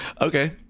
Okay